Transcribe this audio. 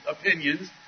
opinions